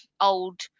old